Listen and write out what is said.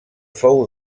fou